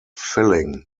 filling